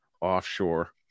offshore